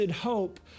hope